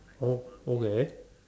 oh okay